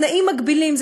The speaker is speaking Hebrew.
תנאים מגבילים,